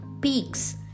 peaks